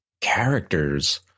characters